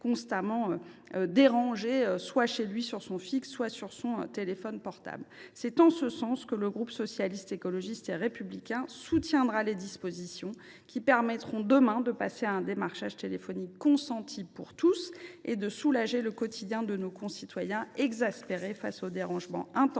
constamment dérangés, que ce soit sur leur téléphone fixe ou sur leur portable. C’est en ce sens que le groupe Socialiste, Écologiste et Républicain soutient les dispositions qui permettront, demain, de passer à un démarchage téléphonique consenti pour tous et de soulager le quotidien de nos concitoyens, exaspérés par ces dérangements intempestifs